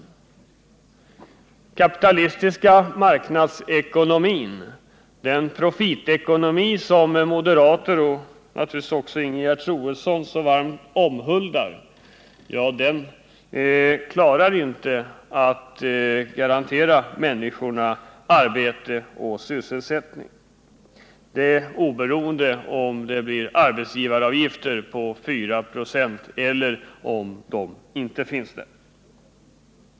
Den kapitalistiska marknadsekonomin, den profitekonomi som moderater och naturligtvis också Ingegerd Troedsson så varmt omhuldar, klarar inte att garantera människor arbete och sysselsättning, detta oberoende av om det blir arbetsgivaravgifter på 4 96 eller inte.